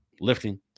lifting